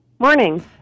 Morning